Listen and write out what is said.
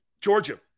Georgia